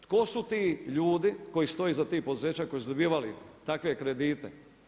Tko su ti ljudi koji stoje iza tih poduzeća koji su dobivali takve kredite?